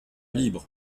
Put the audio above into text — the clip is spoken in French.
libre